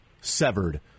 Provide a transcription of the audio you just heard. severed